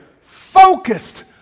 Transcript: focused